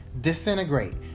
disintegrate